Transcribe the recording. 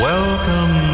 Welcome